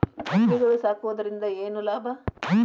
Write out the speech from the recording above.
ಎಮ್ಮಿಗಳು ಸಾಕುವುದರಿಂದ ಏನು ಲಾಭ?